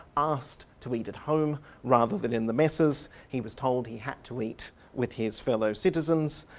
asked to eat at home rather than in the messes. he was told he had to eat with his fellow citizens.